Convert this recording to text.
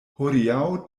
hodiaŭ